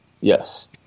Yes